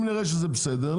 אם נראה שזה בסדר,